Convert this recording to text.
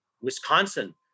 Wisconsin